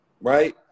right